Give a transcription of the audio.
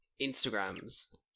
Instagrams